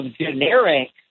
generic